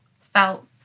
felt